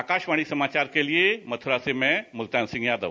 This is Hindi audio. आकाशवाणी समाचार के लिए मथुरा से मैं मुल्तान सिंह यादव